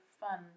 fun